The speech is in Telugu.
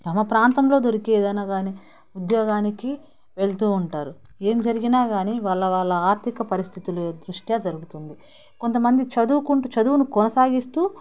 తమ ప్రాంతంలో దొరికే ఏదైనా కాని ఉద్యోగానికి వెళ్తూ ఉంటారు ఏం జరిగిన కాని వాళ్ళ వాళ్ళ ఆర్థిక పరిస్థితులు దృష్ట్యా జరుగుతుంది కొంతమంది చదువుకుంటూ చదువును కొనసాగిస్తూ